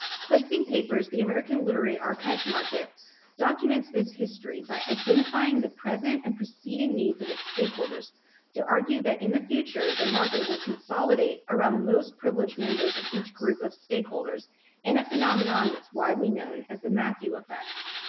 placing papers the american literary archives market documents this history by identifying the present and preceding needs of its stakeholders to argue that in the future the market will consolidate around the most privileged members of each group of stakeholders in a phenomenon that's widely known as the matthew effect.